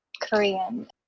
korean